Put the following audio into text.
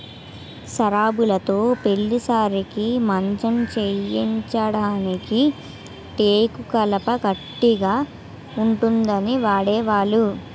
సరాబులుతో పెళ్లి సారెకి మంచం చేయించడానికి టేకు కలప గట్టిగా ఉంటుందని వాడేవాళ్లు